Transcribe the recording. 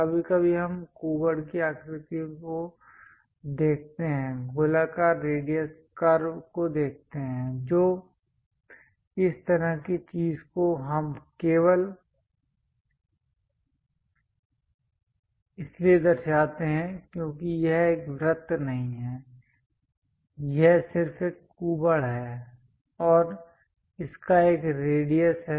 कभी कभी हम कूबड़ की आकृतियों को देखते हैं गोलाकार रेडियस कर्व को देखते हैं जो इस तरह की चीज को हम केवल इसलिए दर्शाते हैं क्योंकि यह एक वृत्त नहीं है यह सिर्फ एक कूबड़ है और इसका एक रेडियस है